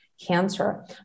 cancer